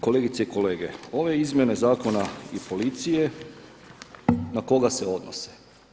Kolegice i kolege, ove izmjene Zakona o policiji, na koga se odnose?